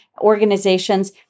organizations